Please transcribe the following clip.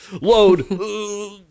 load